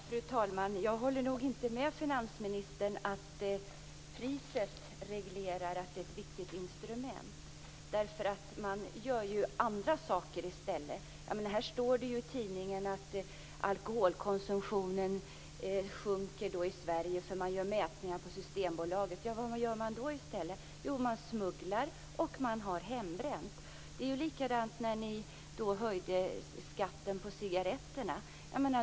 Fru talman! Jag håller inte med finansministern om att priset reglerar att det är ett viktigt instrument. Man gör ju andra saker i stället. I tidningen står det att alkoholkonsumtionen sjunker i Sverige. Mätningar har gjorts på Systembolaget. Men vad görs i stället? Det var likadant när ni höjde skatten på cigaretterna.